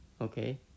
okay